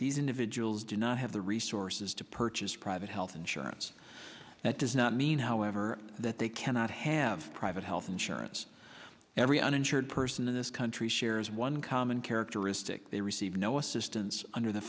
these individuals do not have the resources to purchase private health insurance that does not mean however that they cannot have private health insurance every uninsured person in this country shares one common characteristic they receive no assistance under the